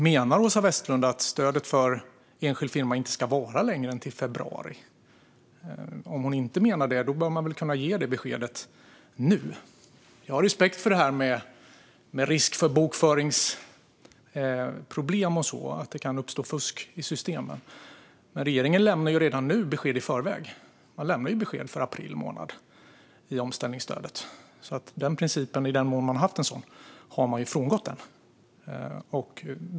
Menar Åsa Westlund att stödet för enskild firma inte ska vara längre än till februari? Om hon inte menar det bör man väl kunna ge det beskedet nu. Jag har respekt för detta med risk för bokföringsproblem och sådant och att det kan uppstå fusk i systemen. Men regeringen lämnar redan nu besked i förväg. Den lämnar besked för april månad gällande omställningsstödet. I den mån man har haft en sådan princip har man frångått den.